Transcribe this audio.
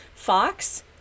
Fox